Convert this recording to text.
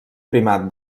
primat